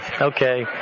okay